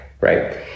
right